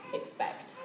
expect